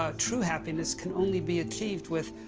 ah true happiness can only be achieved with,